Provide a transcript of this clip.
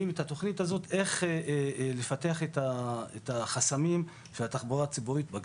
את התוכנית הזאת איך לפתח את החסמים של התחבורה הציבורית בגליל.